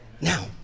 Now